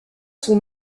son